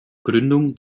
gründung